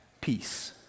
peace